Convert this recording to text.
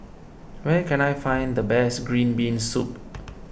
where can I find the best Green Bean Soup